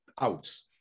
outs